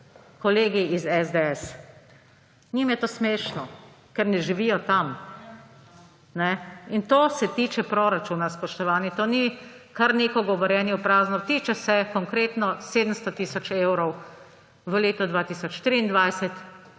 Kolegi iz SDS. Njim je to smešno, ker ne živijo tam. In to se tiče proračuna, spoštovani, to ni kar neko govorjenje v prazno. Tiče se konkretno 700 tisoč evrov v letu 2023